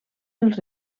els